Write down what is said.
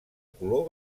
color